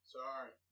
Sorry